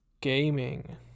gaming